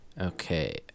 Okay